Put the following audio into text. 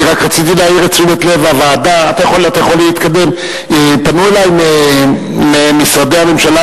אני רק רציתי להעיר את תשומת לב הוועדה: פנו אלי ממשרדי הממשלה